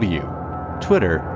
Twitter